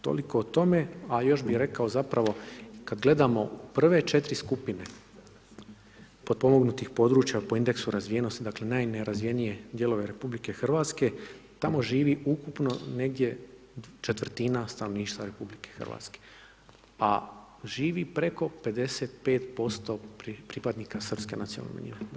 Toliko o tome a još bi rekao zapravo kad gledamo prve četiri skupine potpomognutih područja po indeksu razvijenosti, dakle najnerazvijenije dijelove RH, tamo živi ukupno negdje četvrtina stanovništva RH, a živi preko 55% pripadnika srpske nacionalne manjine.